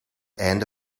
einde